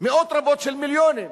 מאות רבות של מיליונים.